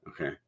okay